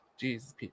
Jesus